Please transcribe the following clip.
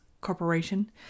Corporation